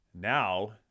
Now